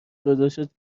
داداشت